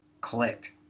clicked